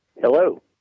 Hello